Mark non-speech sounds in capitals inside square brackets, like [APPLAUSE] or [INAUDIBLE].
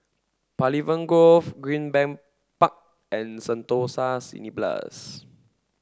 Pavilion Grove Greenbank Park and Sentosa [UNINTELLIGIBLE]